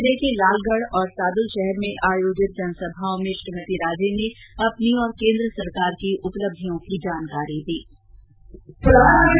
जिले के लालगढ और सादुलशहर में आयोजित जनसभाओं में श्रीमती राजे ने अपनी तथा केन्द्र सरकार की उपलब्धियों की जानकारी दी